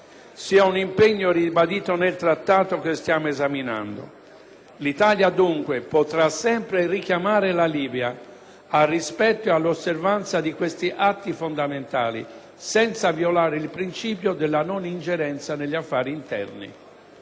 sia un impegno ribadito nel Trattato che stiamo esaminando. L'Italia dunque potrà sempre richiamare la Libia al rispetto e all'osservanza di questi atti fondamentali senza violare il principio della non ingerenza negli affari interni.